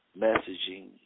messaging